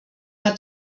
hat